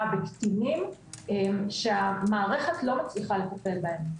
בקטינים שהמערכת לא מצליחה לטפל בהם.